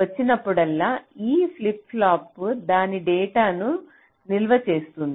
వచ్చినప్పుడల్లా ఈ flip flop దాని డేటాను నిల్వ చేస్తుంది